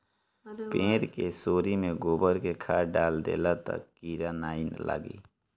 पेड़ के सोरी में गोबर के खाद डाल देबअ तअ कीरा नाइ लागी